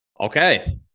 Okay